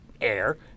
air